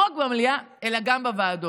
לא רק במליאה אלא גם בוועדות.